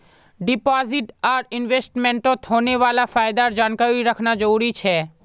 deposit आर इन्वेस्टमेंटत होने वाला फायदार जानकारी रखना जरुरी छे